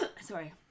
Sorry